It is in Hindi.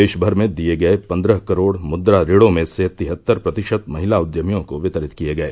देशमर में दिए गए पन्द्रह करोड़ मुद्रा ऋणों में से तिहत्तर प्रतिशत महिला उद्यमियों को वितरित किए गए